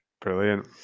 Brilliant